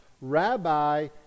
rabbi